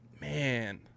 man